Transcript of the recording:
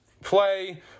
play